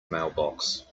mailbox